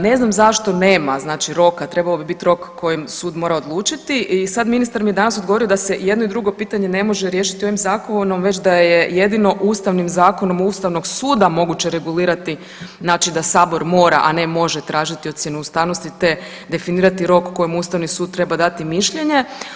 Ne znam zašto nema znači roka, trebao bi bit rok u kojem sud mora odlučiti i sad ministar mi je danas odgovorio da se i jedno i drugo pitanje ne može riješiti ovim zakonom već da je jedino Ustavnim zakonom ustavnog suda moguće regulirati znači da sabor mora, a ne može tražiti ocjenu ustavnosti, te definirati rok u kojem ustavni sud treba dati mišljenje.